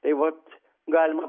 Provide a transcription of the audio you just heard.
taip vat galima